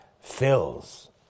fills